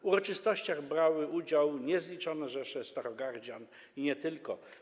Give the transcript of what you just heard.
W uroczystościach brały udział niezliczone rzesze starogardzian, i nie tylko.